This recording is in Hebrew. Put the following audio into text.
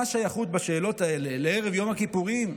מה השייכות בשאלות האלה לערב יום הכיפורים,